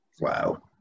Wow